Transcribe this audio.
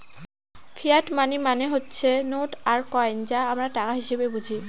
fiat money মানে হচ্ছে note আর কয়েন যা আমরা টাকা হিসেবে বুঝি